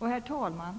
Herr talman!